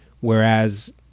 whereas